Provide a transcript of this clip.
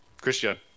Christian